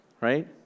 right